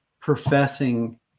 professing